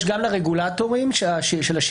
יש גם לרגולטורים של השידורים.